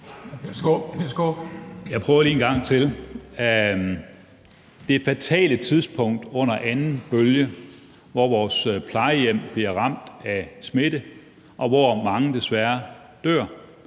Jeg prøver lige en gang til. På det fatale tidspunkt under anden bølge, hvor vores plejehjem bliver ramt af smitte, og hvor mange desværre dør,